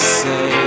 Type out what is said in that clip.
say